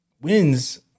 wins